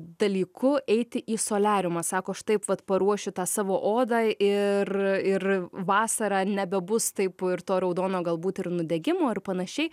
dalyku eiti į soliariumą sako aš taip vat paruošiu tą savo odą ir ir vasarą nebebus taip ir to raudono galbūt ir nudegimo ar panašiai